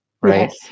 right